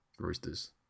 Roosters